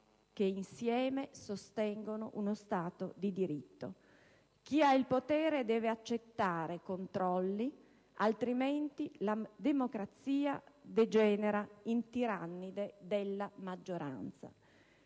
che insieme sostengono uno Stato di diritto. Chi ha il potere deve accettare controlli, altrimenti la democrazia degenera in tirannide della maggioranza.